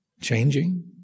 changing